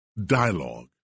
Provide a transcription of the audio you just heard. Dialogue